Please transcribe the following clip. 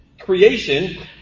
creation